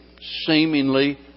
seemingly